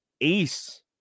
ace